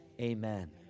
amen